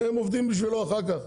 והם עובדים עבורו אחר כך,